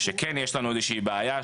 שכן יש לנו איזה שהיא בעיה,